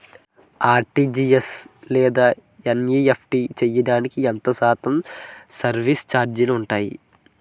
RTGS లేదా NEFT చేయడానికి ఎంత శాతం సర్విస్ ఛార్జీలు ఉంటాయి?